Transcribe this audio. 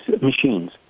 machines